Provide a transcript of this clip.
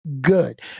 good